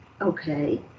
okay